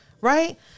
right